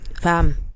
Fam